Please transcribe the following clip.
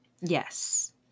Yes